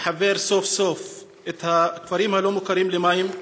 לחבר סוף-סוף את הכפרים הלא-מוכרים למים,